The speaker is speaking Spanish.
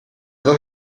dos